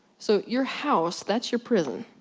so, your house, that's your prison.